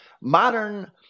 Modern